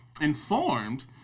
informed